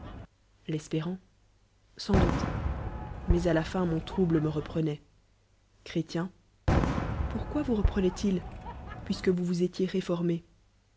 l'espér sans doule mais ù la fin mon trouble me reprenoit chrét pourquoi vous reprenoit il puisque vous vous étiez